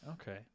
Okay